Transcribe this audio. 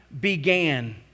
began